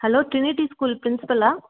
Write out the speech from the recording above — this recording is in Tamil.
hello Trinity school பிரின்சிபாலா